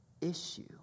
issue